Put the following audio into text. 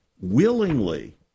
willingly